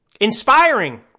inspiring